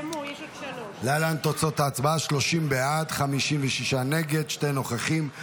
להלן תוצאות ההצבעה: 30 בעד, 56 נגד, שני נוכחים.